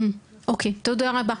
אוקיי, תודה רבה.